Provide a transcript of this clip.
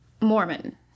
Mormon